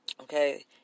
Okay